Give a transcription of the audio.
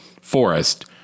forest